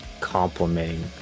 complimenting